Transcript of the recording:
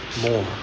More